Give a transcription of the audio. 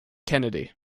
kennedy